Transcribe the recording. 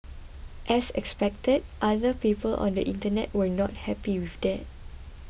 as expected other people on the Internet were not happy with that